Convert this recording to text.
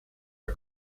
are